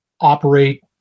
operate